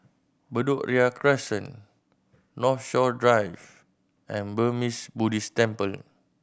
Bedok Ria Crescent Northshore Drive and Burmese Buddhist Temple